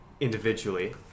individually